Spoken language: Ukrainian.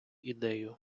ідею